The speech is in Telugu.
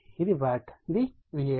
ఇది వాట్ ఇది var